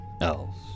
else